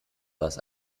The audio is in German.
was